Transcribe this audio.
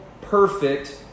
perfect